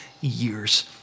years